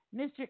Mr